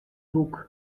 boek